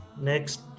Next